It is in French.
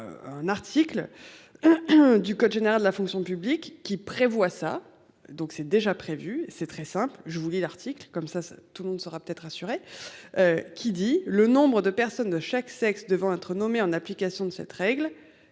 Un article. Du code général de la fonction publique qui prévoit ça, donc c'est déjà prévu. C'est très simple, je vous lis l'article comme ça tout le monde sera peut être assuré. Qui dit le nombre de personnes de chaque sexe devant être nommés en application de cette règle